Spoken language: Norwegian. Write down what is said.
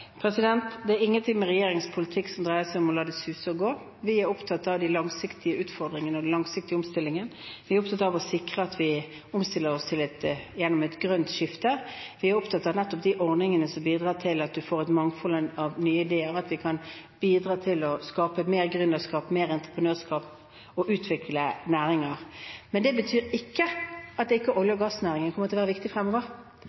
Det er ingenting i regjeringens politikk som dreier seg om å la det suse og gå. Vi er opptatt av de langsiktige utfordringene og den langsiktige omstillingen. Vi er opptatt av å sikre at vi omstiller oss gjennom et grønt skifte. Vi er opptatt av nettopp de ordningene som bidrar til at man får et mangfold av nye ideer, og at vi kan bidra til å skape mer gründerskap, mer entreprenørskap og å utvikle næringer. Det betyr ikke at olje- og gassnæringen ikke kommer til å være viktig fremover.